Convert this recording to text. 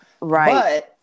Right